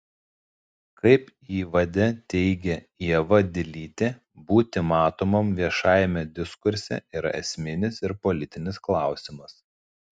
kaip įvade teigia ieva dilytė būti matomam viešajame diskurse yra esminis ir politinis klausimas